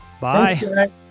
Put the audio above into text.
bye